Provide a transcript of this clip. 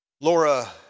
Laura